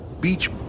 beach